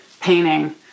painting